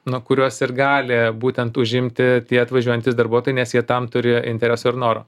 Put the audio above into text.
nu kurios ir gali būtent užimti tie atvažiuojantys darbuotojai nes jie tam turi intereso noro